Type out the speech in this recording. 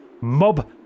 mob